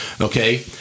okay